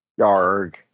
Yarg